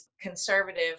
conservative